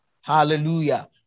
Hallelujah